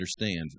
understand